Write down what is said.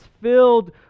filled